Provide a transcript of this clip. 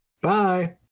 Bye